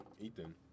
Ethan